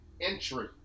entry